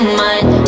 mind